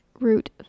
root